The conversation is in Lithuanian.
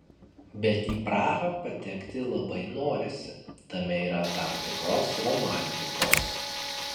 bet į prahą patekti labai norisi tame yra tam tikros romantikos